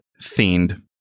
themed